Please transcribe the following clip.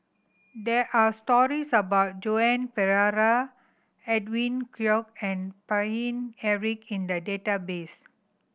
there are stories about Joan Pereira Edwin Koek and Paine Eric in the database